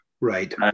Right